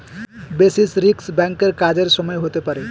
basis risk ব্যাঙ্কের কাজের সময় হতে পারে